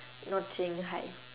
not saying hi